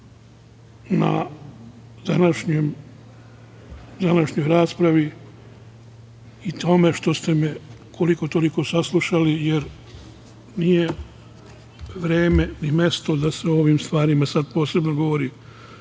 na današnjoj raspravi i tome što ste me koliko-toliko saslušali, jer nije vreme ni mesto da se o ovim stvarima sada posebno govori.